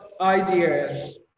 ideas